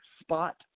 spot